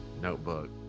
notebook